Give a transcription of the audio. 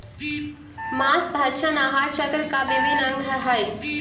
माँसभक्षण आहार चक्र का अभिन्न अंग हई